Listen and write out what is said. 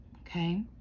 Okay